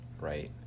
Right